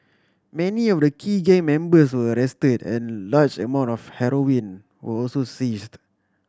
many of the key gang members were arrested and large amount of heroin were also seized